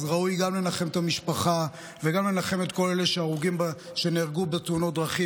אז ראוי גם לנחם את המשפחה וגם לנחם את כל אלה שנהרגו בתאונות דרכים,